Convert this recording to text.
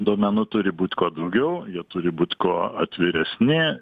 domenų turi būt kuo daugiau jie turi būt kuo atviresni